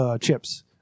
Chips